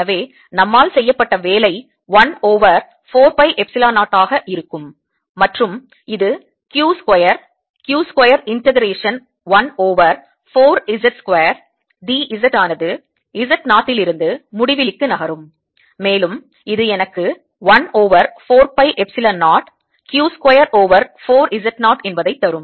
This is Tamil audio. எனவே நம்மால் செய்யப்பட்ட வேலை 1 ஓவர் 4 பை எப்சிலன் 0 ஆக இருக்கும் மற்றும் இது q square q square integration தொகையீடு 1 over 4 Z square d Z ஆனது Z 0 இலிருந்து முடிவிலிக்கு நகரும் மேலும் இது எனக்கு 1 over 4 pi epsilon 0 q square over 4 Z naught என்பதைத் தரும்